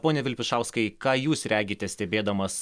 pone vilpišauskai ką jūs regite stebėdamas